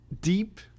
deep